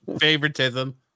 Favoritism